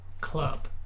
club